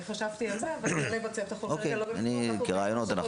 חשבתי על זה, אבל זה יעלה בצוות בצורה מסודרת.